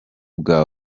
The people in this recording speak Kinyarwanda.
bwa